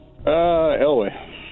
Elway